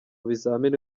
bizamini